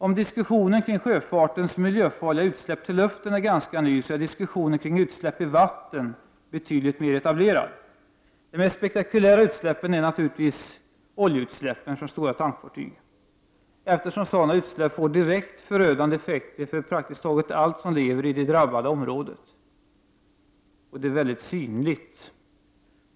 Om diskussionen kring sjöfartens miljöfarliga utsläpp till luften är ganska ny, så är diskussionen kring utsläpp i vatten betydligt mer etablerad. De mest spektakulära utsläppen är naturligtvis oljeutsläppen från stora tankfartyg, eftersom sådana utsläpp får direkt förödande effekter för praktiskt taget allt som lever i det drabbade området, och de är väldigt synliga.